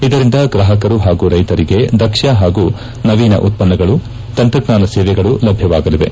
ಇದರಿಂದ ಗ್ರಾಹಕರು ಹಾಗೂ ರೈತರಿಗೆ ದಕ್ಷ ಹಾಗೂ ನವೀನ ಉತ್ಪನ್ನಗಳು ತಂತ್ರಜ್ಞಾನ ಸೇವೆಗಳು ಲಭ್ಯವಾಗಲಿವೆ